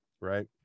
right